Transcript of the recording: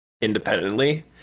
Independently